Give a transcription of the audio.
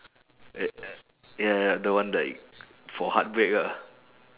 ya ya the one like for heartbreak ah